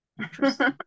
interesting